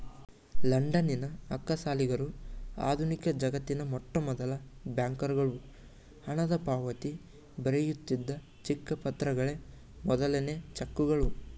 ಲಂಡನ್ನಿನ ಅಕ್ಕಸಾಲಿಗರು ಆಧುನಿಕಜಗತ್ತಿನ ಮೊಟ್ಟಮೊದಲ ಬ್ಯಾಂಕರುಗಳು ಹಣದಪಾವತಿ ಬರೆಯುತ್ತಿದ್ದ ಚಿಕ್ಕ ಪತ್ರಗಳೇ ಮೊದಲನೇ ಚೆಕ್ಗಳು